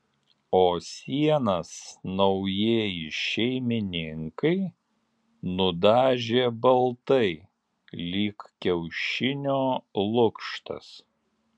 o sienas naujieji šeimininkai nudažė baltai lyg kiaušinio lukštas